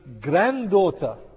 granddaughter